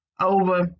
over